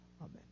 Amen